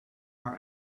our